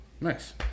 Nice